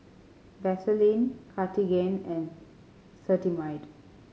Vaselin Cartigain and Cetrimide